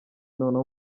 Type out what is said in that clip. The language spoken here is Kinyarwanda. noneho